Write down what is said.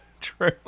True